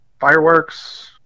fireworks